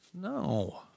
No